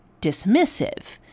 dismissive